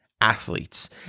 Athletes